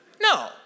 No